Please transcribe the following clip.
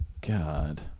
God